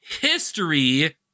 history